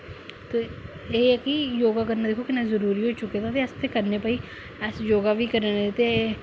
एह् ऐ कि योगा करना दिक्खो किन्ना जरुरी ऐ होई चुके दा ते अपने आस्तै करने भाई अस योगा बी करा दे ते